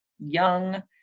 young